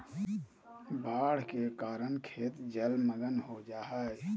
बाढ़ के कारण खेत जलमग्न हो जा हइ